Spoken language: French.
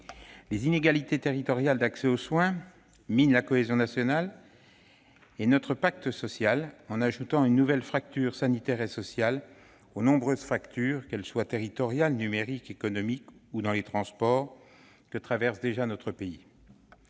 les inégalités territoriales d'accès aux soins minent la cohésion nationale et notre pacte social en ajoutant une nouvelle fracture sanitaire et sociale aux nombreuses fractures, qu'elles soient territoriales, numériques, économiques ou en matière de transports, qui traversent déjà notre pays.